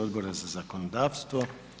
Odbora za zakonodavstvo.